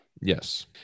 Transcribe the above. Yes